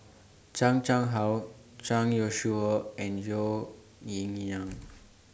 Chan Chang How Zhang Youshuo and Zhou Ying